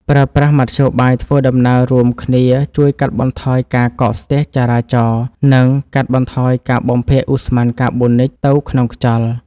ប្រើប្រាស់មធ្យោបាយធ្វើដំណើររួមគ្នាជួយកាត់បន្ថយការកកស្ទះចរាចរណ៍ និង កាត់បន្ថយការបំភាយឧស្ម័នកាបូនិចទៅក្នុងខ្យល់។